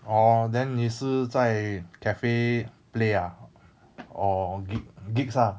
orh then 你是在 cafe play ah or gig gigs ah